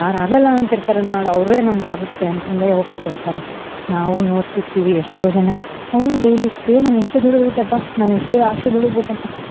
ಯಾರು ಆಗಲ್ಲ ಅಂತಿರ್ತಾರೆ ನಾಳೆ ಅವರೆ ನಮ್ಗ ಆಗುತ್ತೆ ಅಂತ ಅಂದೇಳಿ ಹೋಪ್ಸ್ ಕೊಡ್ತಾರೆ ನಾವು ನೋಡ್ತಿರ್ತೀವಿ ಎಷ್ಟೊ ಜನಾನ ಅವರು ಡೇಲಿ ಎ ನಾನು ಇಷ್ಟೇ ದುಡಿದ್ಬಿಟ್ಟೆಯಪ್ಪ ನಾನು ಇಷೆ ರಾಶಿ ದುಡುದ್ಬಟ್ನಪ್ಪ